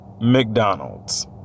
McDonald's